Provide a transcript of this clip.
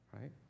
right